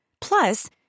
Plus